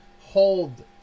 Hold